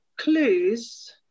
clues